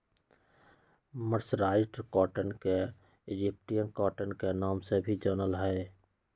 mercerised cotton के Egyptian cotton के नाम से भी जानल जा हई